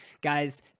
Guys